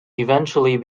eventually